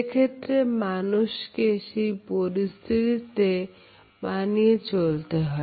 সেক্ষেত্রে মানুষকে সেই পরিস্থিতিতে মানিয়ে চলতে হয়